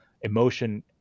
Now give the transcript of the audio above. emotion